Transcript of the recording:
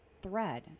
thread